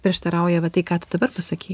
prieštarauja va tai ką tu dabar pasakei